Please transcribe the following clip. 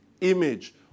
image